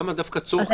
למה דווקא הצורך